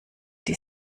die